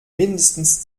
mindestens